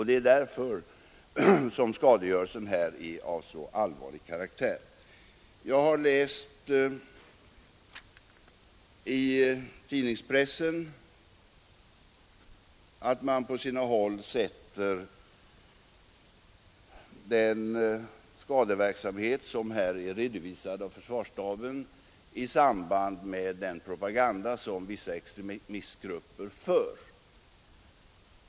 Det är därför som skadegörelsen här är av så allvarlig karaktär. Jag har läst i tidningspressen att man på sina håll sätter den skadeverksamhet som här är redovisad av försvarsstaben i samband med den propaganda som vissa extremistgrupper bedriver.